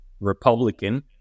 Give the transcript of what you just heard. Republican